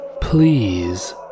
please